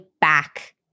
back